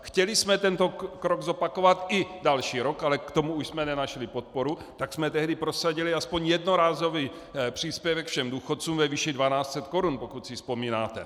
Chtěli jsme tento krok zopakovat i další rok, ale k tomu už jsme nenašli podporu, tak jsme tehdy prosadili aspoň jednorázový příspěvek všem důchodcům ve výši 1 200 korun, pokud si vzpomínáte.